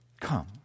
Come